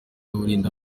urinda